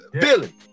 Billy